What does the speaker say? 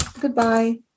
goodbye